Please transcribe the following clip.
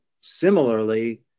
similarly